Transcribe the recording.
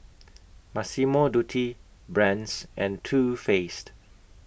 Massimo Dutti Brand's and Too Faced